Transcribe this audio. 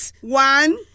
one